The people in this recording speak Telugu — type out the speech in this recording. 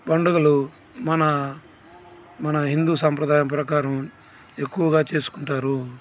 పండుగలు మన మన హిందూ సాంప్రదాయం ప్రకారం ఎక్కువగా చేసుకుంటారు